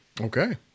Okay